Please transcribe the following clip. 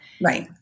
Right